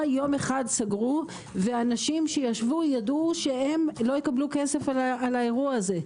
- יום אחד סגרו ואנשים שישבו ידעו שלא יקבלו כסף על האירוע הזה.